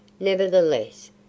Nevertheless